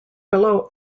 below